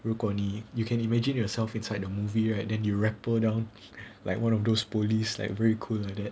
如果你 you can imagine yourself inside the movie right then you'll repel down like one of those police like very cool like that